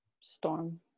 Storm